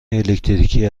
الکتریکی